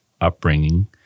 upbringing